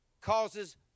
causes